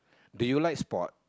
do you like sport